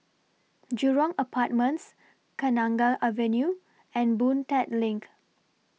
Jurong Apartments Kenanga Avenue and Boon Tat LINK